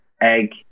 egg